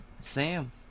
Sam